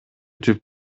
түп